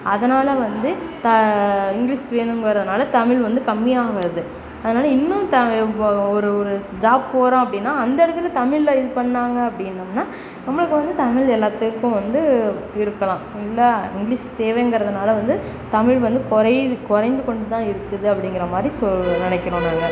அதனால் வந்து தா இங்கிலிஸ் வேணுங்கிறதுனால தமிழ் வந்து கம்மியாக வருது அதனால் இன்னும் தா இப்போது ஒரு ஒரு ஜாப் போகிறோம் அப்படின்னா அந்த இடத்துல தமிழ்ல இது பண்ணிணாங்க அப்படின்னோம்னா நம்மளுக்கு வந்து தமிழ் எல்லாத்துக்கும் வந்து இருக்கலாம் இல்லை இங்கிலிஸ் தேவைங்கறதுனால வந்து தமிழ் வந்து குறையுது குறைந்து கொண்டு தான் இருக்குது அப்படிங்கற மாதிரி சொல் நினைக்கிறோம் நம்ம